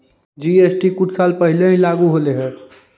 GST कुछ साल पहले ही लागू होलई हे